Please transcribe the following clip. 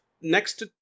next